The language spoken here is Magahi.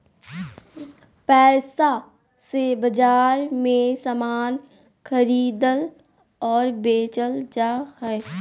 पैसा से बाजार मे समान खरीदल और बेचल जा हय